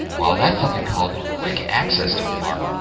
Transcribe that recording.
well, that's something called the quick access toolbar,